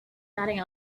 nothing